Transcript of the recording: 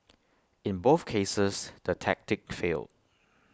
in both cases the tactic failed